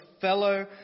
fellow